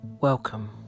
Welcome